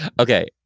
Okay